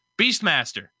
Beastmaster